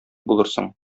булырсың